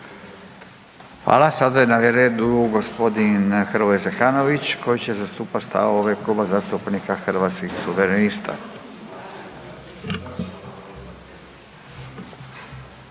Hvala. Sada je na redu g. Hrvoje Zekanović koji će zastupat stavove Kluba zastupnika Hrvatskih suverenista. Izvolite.